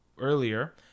earlier